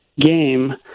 game